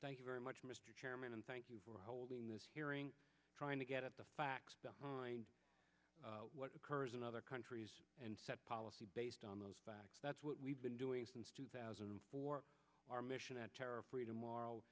thank you very much mr chairman and thank you for holding this hearing trying to get at the facts behind what occurs in other countries and set policy based on those facts that's what we've been doing since two thousand and four our mission at terror free